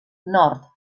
nord